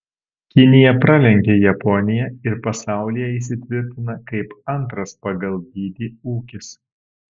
kinija pralenkia japoniją ir pasaulyje įsitvirtina kaip antras pagal dydį ūkis